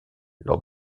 lors